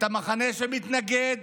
המחנה שמתנגד